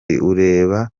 ureba